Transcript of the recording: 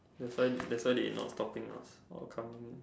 that's why that's why they not stopping us or coming in